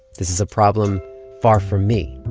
this is a problem far from me